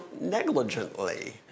negligently